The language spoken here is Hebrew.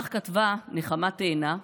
כך כתבה נחמה תאנה,